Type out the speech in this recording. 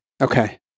Okay